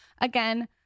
again